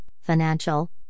financial